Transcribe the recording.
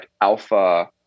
alpha